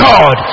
God